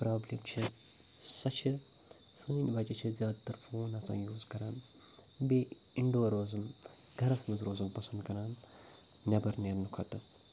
problem چھےٚ سۄ چھِ سٲنۍ بَچہِ چھِ زیادٕتَر فون آسان یوٗز کَران بیٚیہِ اِنڈور روزُن گَرَس منٛز روزُن پَسنٛد کَران نٮ۪بَر نیرںہٕ کھۄتہٕ